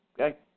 Okay